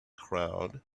crowd